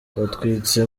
batwitse